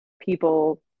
people